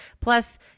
Plus